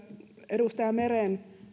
edustaja meren